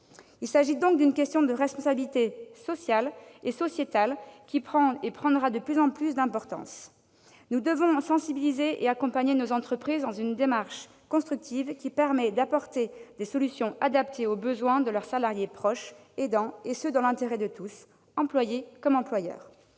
Il s'agit donc d'une question de responsabilité sociale et sociétale qui prend et prendra de plus en plus d'importance. Nous devons sensibiliser nos entreprises et les accompagner dans une démarche constructive, qui permette d'apporter des solutions adaptées aux besoins de leurs salariés proches aidants, et ce dans l'intérêt de tous, employés comme employeurs.